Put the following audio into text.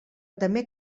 també